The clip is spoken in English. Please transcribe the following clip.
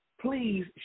Please